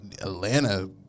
Atlanta